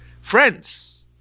friends